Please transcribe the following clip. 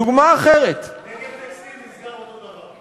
דוגמה אחרת, "נגב טקסטיל" נסגר, אותו דבר.